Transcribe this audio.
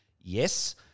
yes